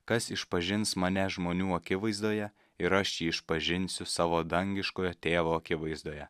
kas išpažins mane žmonių akivaizdoje ir aš jį išpažinsiu savo dangiškojo tėvo akivaizdoje